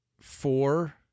Four